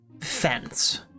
fence